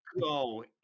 go